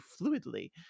fluidly